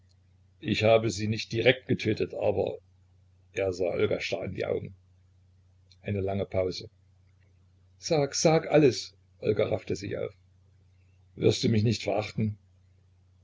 ich habe sie nicht direkt getötet aber er sah olga starr in die augen eine lange pause sag sag alles olga raffte sich auf wirst mich nicht verachten